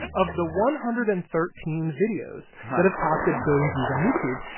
of the one hundred and thirteen videos that have topped a billion views on youtube.